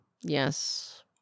yes